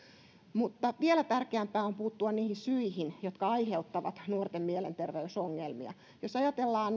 mutta vielä tärkeämpää on puuttua niihin syihin jotka aiheuttavat nuorten mielenterveysongelmia jos ajatellaan